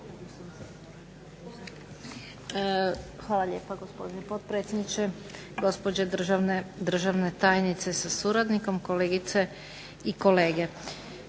Hvala lijepo gospodine potpredsjedniče. Gospođe državne tajnice sa suradnikom, kolegice i kolege